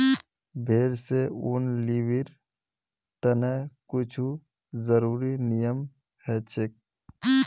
भेड़ स ऊन लीबिर तने कुछू ज़रुरी नियम हछेक